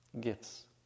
gifts